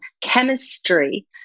chemistry